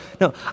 no